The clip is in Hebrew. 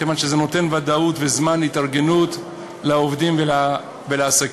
כיוון שזה נותן ודאות וזמן התארגנות לעובדים ולעסקים.